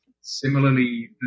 Similarly